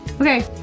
Okay